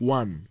one